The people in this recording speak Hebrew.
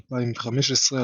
2015,